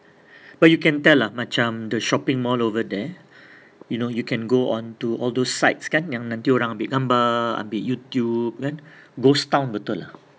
but you can tell ah macam the shopping mall over there you know you can go onto all those sites kan yang nanti orang ambil gambar ambil Youtube ghost town betul lah